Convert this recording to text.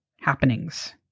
happenings